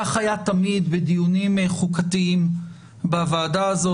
כך היה תמיד בדיונים חוקתיים בוועדה הזאת.